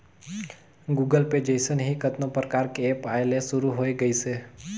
Google Pay जइसन ही कतनो परकार के ऐप आये ले शुरू होय गइसे